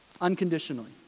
unconditionally